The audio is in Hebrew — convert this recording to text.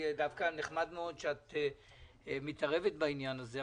נחמד מאוד שאת מתערבת בעניין הזה,